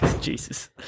Jesus